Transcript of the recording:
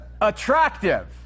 attractive